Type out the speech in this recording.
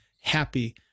happy